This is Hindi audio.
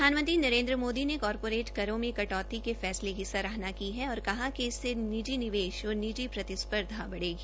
प्रधानमंत्री नरेन्द्र मोदी ने कारपोरेट करों में कटौती के फैसले की सराहना की और कहा कि इससे निजी निवेश और निजी प्रतिस्पर्धा बढ़ेगी